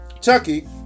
Chucky